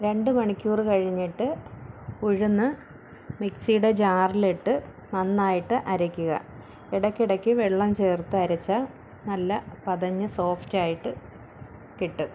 രണ്ട് മണിക്കൂറ് കഴിഞ്ഞിട്ട് ഉഴുന്ന് മിക്സിയുടെ ജാറിലിട്ട് നന്നായിട്ട് അരയ്ക്കുക ഇടയ്ക്ക് ഇടയ്ക്ക് വെള്ളം ചേർത്തരച്ചാൽ നല്ല പതഞ്ഞ് സോഫ്റ്റായിട്ട് കിട്ടും